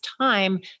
time